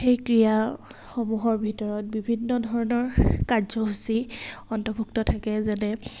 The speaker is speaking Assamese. সেই ক্ৰীড়াসমূহৰ ভিতৰত বিভিন্ন ধৰণৰ কাৰ্যসূচী অন্তৰ্ভুক্ত থাকে যেনে